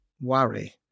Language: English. worry